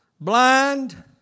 blind